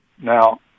Now